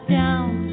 down